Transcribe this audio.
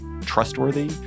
trustworthy